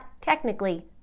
technically